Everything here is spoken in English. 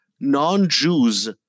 non-Jews